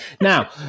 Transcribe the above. Now